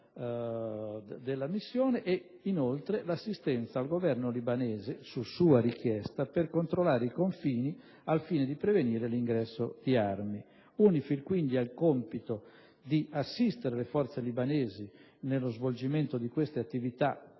e la Linea Blu; l'assistenza al Governo libanese - su sua richiesta - per controllare i confini al fine di prevenire l'ingresso di armi. UNIFIL, dunque, ha il compito di assistere le Forze armate libanesi nello svolgimento di queste attività a loro